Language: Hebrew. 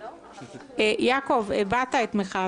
אבל אני כן רוצה לבקש